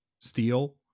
steel